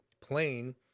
plane